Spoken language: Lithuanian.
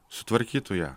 sutvarkytų ją